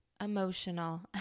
emotional